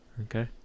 okay